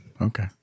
Okay